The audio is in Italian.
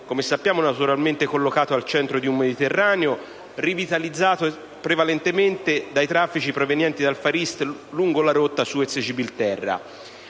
come sappiamo - naturalmente collocato al centro di un Mediterraneo rivitalizzato prevalentemente dai traffici provenienti dal *Far East* lungo la rotta Suez-Gibilterra.